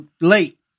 late